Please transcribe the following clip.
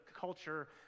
culture